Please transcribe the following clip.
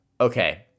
okay